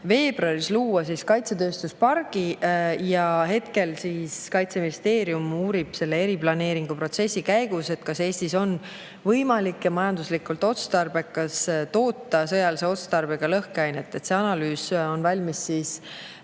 veebruaris luua kaitsetööstuspargi. Praegu Kaitseministeerium uurib selle eriplaneeringu protsessi käigus, kas Eestis on võimalik ja majanduslikult otstarbekas toota sõjalise otstarbega lõhkeainet. See analüüs on valmis selle